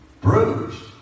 Bruised